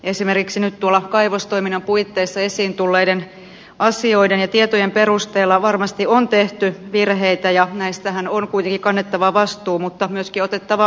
esimeriksi nyt tuolla kaivostoiminnan puitteissa esiintulleiden asioiden ja tietojen perusteella varmasti on tehty virheitä ja näistähän on kuiri kannettava vastuu mutta myöskin otettava